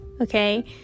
okay